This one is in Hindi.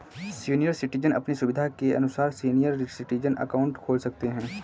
सीनियर सिटीजन अपनी सुविधा के अनुसार सीनियर सिटीजन अकाउंट खोल सकते है